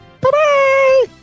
Bye-bye